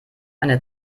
eine